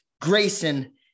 Grayson